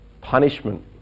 punishment